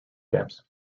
camps